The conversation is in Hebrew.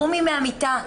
קומי מהמיטה,